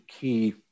key